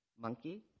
monkey